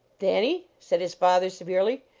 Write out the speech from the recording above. thanny, said his father, severely,